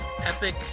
epic